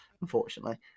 unfortunately